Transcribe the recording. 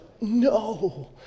No